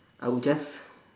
I would just